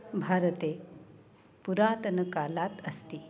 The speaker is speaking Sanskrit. भारते पुरातनकालात् अस्ति